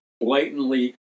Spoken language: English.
blatantly